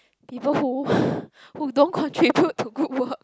people who who don't contribute to good work